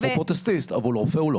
הוא פרוטסטיסט, אבל רופא הוא לא.